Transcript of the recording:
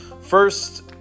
First